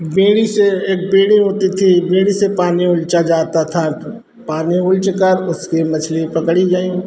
बेड़ी से बेड़ी होती थी बेड़ी से पानी उलचा जाता था पानी उलचकर उसकी मछली पकड़ी गई